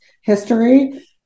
history